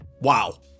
Wow